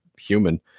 human